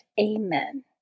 Amen